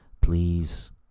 Please